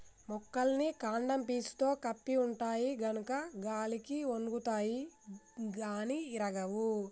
మొక్కలన్నీ కాండం పీసుతో కప్పి ఉంటాయి గనుక గాలికి ఒన్గుతాయి గాని ఇరగవు